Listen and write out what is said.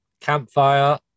campfire